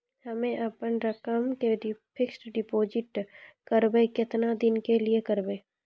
हम्मे अपन रकम के फिक्स्ड डिपोजिट करबऽ केतना दिन के लिए करबऽ?